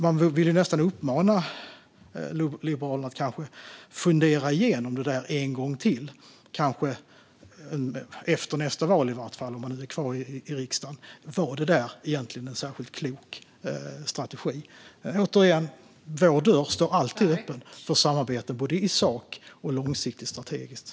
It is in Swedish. Man vill ju nästan uppmana Liberalerna att fundera igenom det där en gång till, i vart fall efter nästa val om man nu är kvar i riksdagen då. Var det egentligen en särskilt klok strategi? Återigen: Vår dörr står alltid öppen för samarbete, både i sak och långsiktigt strategiskt.